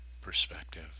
perspective